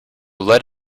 let